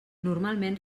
normalment